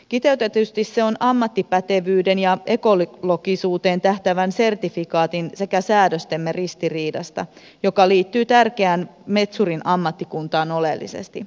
kiteytetysti se on ammattipätevyyden ja ekologisuuteen tähtäävän sertifikaatin sekä säädöstemme ristiriidasta joka liittyy tärkeään metsurin ammattikuntaan oleellisesti